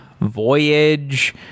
Voyage